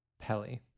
Pelly